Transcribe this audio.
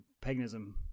paganism